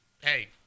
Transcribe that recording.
hey